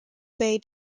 bay